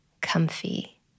comfy